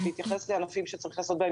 זאת בהתייחס לענפים שצריך לעשות בהם